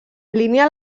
línia